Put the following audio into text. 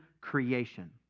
creation